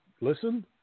listen